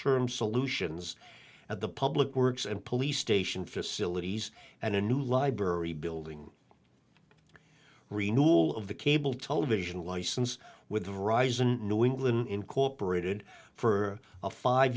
term solutions at the public works and police station facilities and a new library building re newlove the cable television license with the rise in new england incorporated for a five